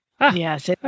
Yes